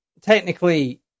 technically